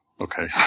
okay